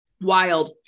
Wild